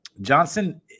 Johnson